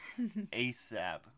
ASAP